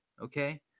Okay